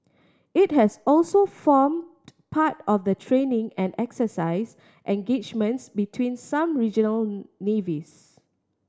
it has also formed part of the training and exercise engagements between some regional navies